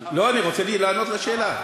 חברי הכנסת, לא, אני רוצה לענות על השאלה.